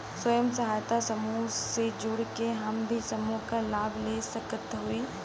स्वयं सहायता समूह से जुड़ के हम भी समूह क लाभ ले सकत हई?